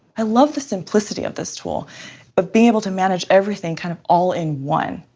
i love the simplicity of this tool of being able to manage everything kind of all in one,